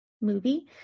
movie